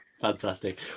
Fantastic